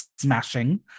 smashing